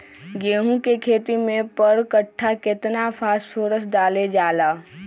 गेंहू के खेती में पर कट्ठा केतना फास्फोरस डाले जाला?